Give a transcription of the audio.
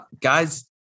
Guys